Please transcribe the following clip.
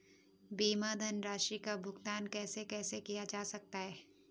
बीमा धनराशि का भुगतान कैसे कैसे किया जा सकता है?